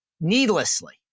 needlessly